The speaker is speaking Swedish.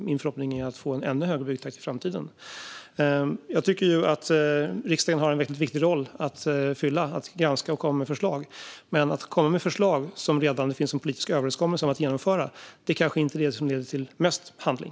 Min förhoppning är att få en ännu högre byggtakt i framtiden. Jag tycker att riksdagen har en viktig roll att fylla vad gäller att granska och komma med förslag. Men att komma med förslag som det redan finns en politisk överenskommelse om att genomföra kanske inte är det som leder till mest handling.